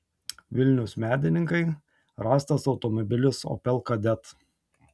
vilnius medininkai rastas automobilis opel kadett